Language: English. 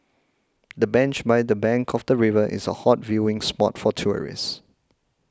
the bench by the bank of the river is a hot viewing spot for tourists